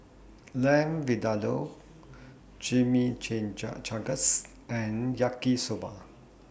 Lamb Vindaloo Chimichangas and Yaki Soba